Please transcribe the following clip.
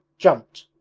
jumped,